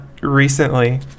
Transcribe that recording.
recently